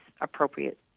appropriate